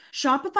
Shopify